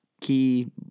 key